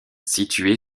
situé